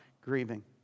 grieving